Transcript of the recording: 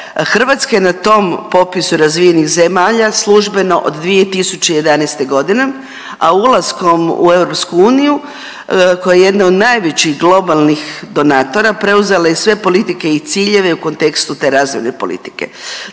Hrvatska je na tom popisu razvijenih zemalja službeno od 2011. godine, a ulaskom u EU koja je jedna od najvećih globalnih donatora preuzela je i sve politike i ciljeve i u kontekstu te razvojne politike.